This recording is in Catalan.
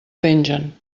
pengen